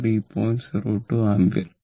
02 ampere